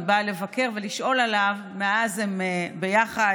היא באה לבקר ולשאול עליו ומאז הם ביחד.